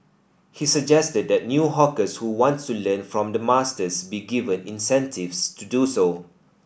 he suggested that new hawkers who wants to learn from the masters be given incentives to do so